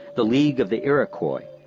the league of the iroquois,